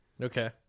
Okay